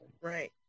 Right